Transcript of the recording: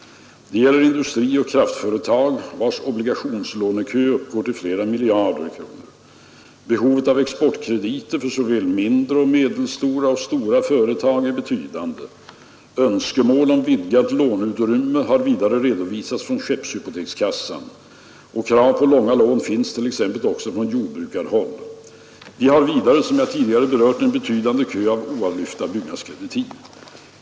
Det gäller industrioch kraftföretagen, vars obligationslånekö uppgår till flera miljarder kronor. Behovet av exportkrediter, för såväl mindre och medelstora som stora företag, är betydande. Önskemål om vidgat låneutrymme har vidare redovisats från Skeppshypotekskassan. Krav på långa lån finns t.ex. också från jordbrukarhåll. Vi har vidare, som jag tidigare berört, en betydande kö av oavlyfta byggnadskreditiv.